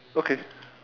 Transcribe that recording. okay